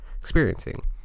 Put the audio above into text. experiencing